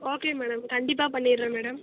okay madam கண்டிப்பாக பண்ணிடுறேன் madam